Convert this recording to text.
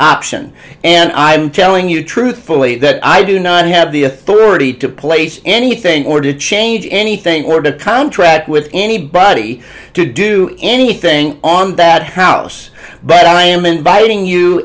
option and i am telling you truthfully that i do not have the authority to place anything or to change anything or to contract with anybody to do anything on that house but i am inviting you